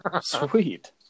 Sweet